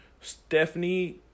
Stephanie